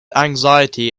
anxiety